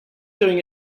doing